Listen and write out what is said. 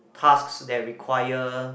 tasks that require